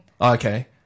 Okay